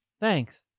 thanks